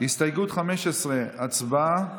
הסתייגות 15, הצבעה.